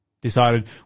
Decided